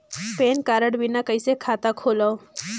Pan card बिना कइसे खाता खोलव?